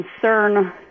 concern